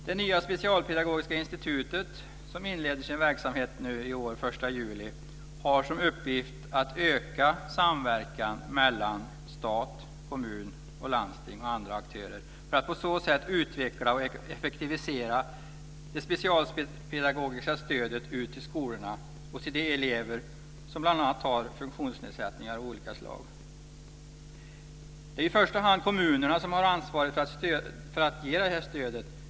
Det nya specialpedagogiska institutet som inleder sin verksamhet den 1 juli i år har som uppgift att öka samverkan mellan stat, kommun, landsting och andra aktörer för att på så sätt utveckla och effektivisera det specialpedagogiska stödet till skolorna och till de elever som bl.a. har funktionsnedsättningar av olika slag. Det är i första hand kommunerna som har ansvaret för att ge detta stöd.